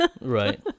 Right